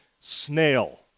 snail